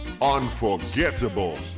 unforgettable